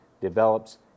develops